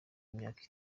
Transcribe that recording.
imyaka